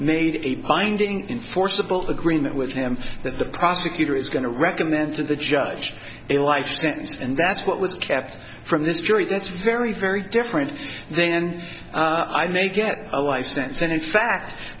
made a finding enforceable agreement with him that the prosecutor is going to recommend to the judge a life sentence and that's what was kept from this jury that's very very different then and i may get a life sentence and in fact